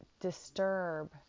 disturb